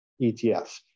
ETFs